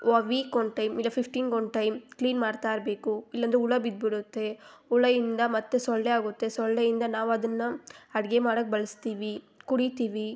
ವ week one time ಇಲ್ಲ ಫಿಫ್ಟೀನ್ಗೆ ಒನ್ ಟೈಮ್ ಕ್ಲೀನ್ ಮಾಡ್ತಾಯಿರಬೇಕು ಇಲ್ಲಂದರೆ ಹುಳ ಬಿದ್ಬಿಡುತ್ತೆ ಹುಳ ಇಂದ ಮತ್ತು ಸೊಳ್ಳೆ ಆಗುತ್ತೆ ಸೊಳ್ಳೆಯಿಂದ ನಾವು ಅದನ್ನು ಅಡಿಗೆ ಮಾಡಕ್ಕೆ ಬಳಸ್ತೀವಿ ಕುಡಿತೀವಿ